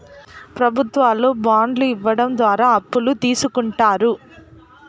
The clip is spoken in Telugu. ప్రభుత్వాలు బాండ్లు ఇవ్వడం ద్వారా అప్పులు తీస్కుంటారు